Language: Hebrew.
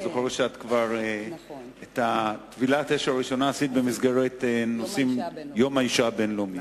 אני זוכר שאת טבילת האש הראשונה כבר עשית במסגרת יום האשה הבין-לאומי.